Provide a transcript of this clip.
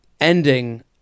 ending